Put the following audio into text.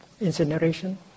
incineration